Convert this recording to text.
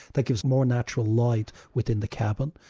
that gives more natural light within the cabin.